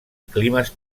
climes